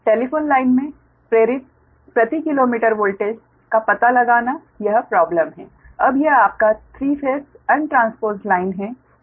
telephone line में प्रेरित प्रति किलोमीटर वोल्टेज का पता लगाना यह प्रॉबलम है अब यह आपका 3 फेस अन ट्रांसपोज़्ड लाइन है